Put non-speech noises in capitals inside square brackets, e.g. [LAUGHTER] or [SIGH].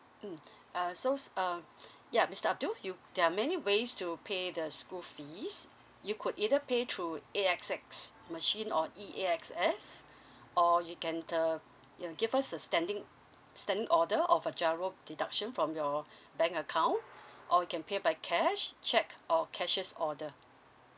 mm uh so s~ uh yeah mister abdul you there are many ways to pay the school fees you could either pay through A X X machine or the E A X S or you can uh you know give us a standing standing order of a giro deduction from your [BREATH] bank account or you can pay by cash cheque or cashes order